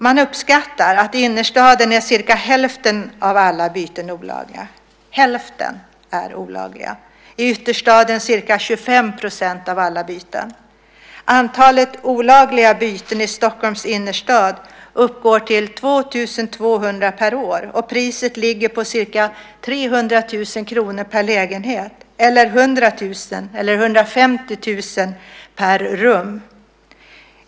Man uppskattar att ungefär hälften av alla byten i innerstaden är olagliga. I ytterstaden är det ca 25 % av alla byten. Antalet olagliga byten i Stockholms innerstan uppgår till 2 200 per år, och priset ligger på ca 300 000 kr per lägenhet, eller 100 000-150 000 per rum.